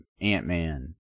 ant-man